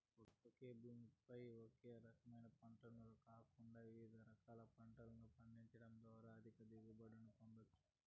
ఒకే భూమి పై ఒకే రకమైన పంటను కాకుండా వివిధ రకాల పంటలను పండించడం ద్వారా అధిక దిగుబడులను పొందవచ్చు